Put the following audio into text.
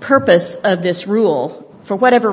purpose of this rule for whatever